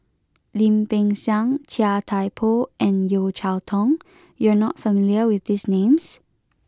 Lim Peng Siang Chia Thye Poh and Yeo Cheow Tong you are not familiar with these names